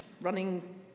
running